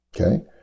Okay